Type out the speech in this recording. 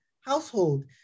household